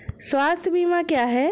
स्वास्थ्य बीमा क्या है?